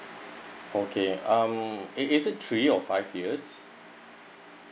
okay um it is it three or five years